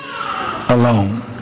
alone